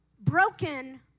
Broken